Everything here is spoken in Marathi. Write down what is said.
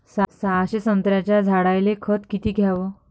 सहाशे संत्र्याच्या झाडायले खत किती घ्याव?